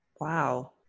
Wow